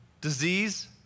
disease